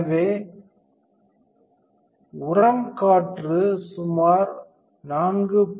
எனவே உரம் காற்று சுமார் 4